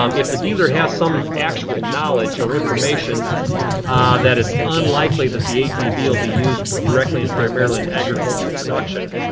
um if the dealer has some actual knowledge or information that it's unlikely that the atv will be used directly and primarily in agricultural production,